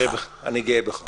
אני גאה בך.